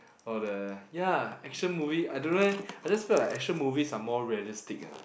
all the ya action movie I don't know leh I just felt like action movies are more realistic lah